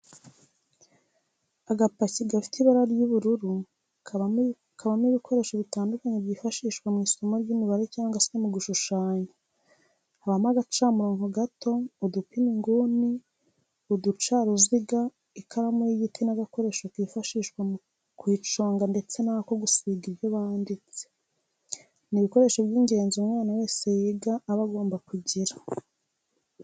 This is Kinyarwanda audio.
Agapaki gafite ibara ry'ubururu kabamo ibikoresho bitandukanye byifashishwa mu isomo ry'imibare cyangwa se mu gushushanya habamo agacamurongo gato, udupima inguni, uducaruziga, iikaramu y'igiti n'agakoresho kifashishwa mu kuyiconga ndetse n'ako gusiba ibyo yanditse, ni ibikoresho by'ingenzi umwana wese wiga aba agomba kugira.